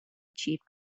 achieve